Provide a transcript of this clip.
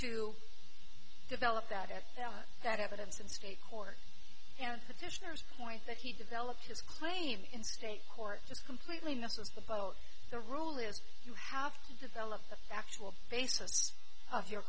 to develop that at that evidence and state court and petitioners point that he developed his claim in state court just completely nuts about the rule as you have to develop a factual basis of your